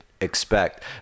expect